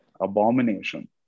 abomination